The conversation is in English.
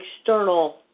external